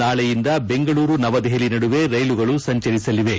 ನಾಳೆಯಿಂದ ಬೆಂಗಳೂರು ನವದೆಪಲಿ ನಡುವೆ ರೈಲುಗಳು ಸಂಚರಿಸಲಿವೆ